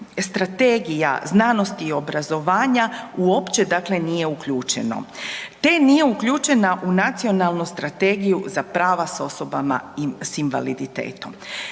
Strategija znanosti i obrazovanja uopće nije uključeno te nije uključena u Nacionalnu strategiju za prava s osoba s invaliditetom.